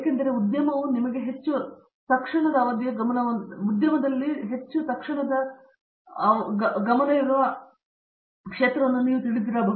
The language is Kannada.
ಏಕೆಂದರೆ ಉದ್ಯಮವು ನಿಮಗೆ ಹೆಚ್ಚು ತಕ್ಷಣದ ಅವಧಿಯ ಗಮನವನ್ನು ತಿಳಿದಿರಬಹುದು ಅವುಗಳು ಅಗತ್ಯವಾಗಿರುವುದಿಲ್ಲ